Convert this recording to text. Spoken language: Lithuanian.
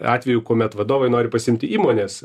atvejų kuomet vadovai nori pasiimti įmonės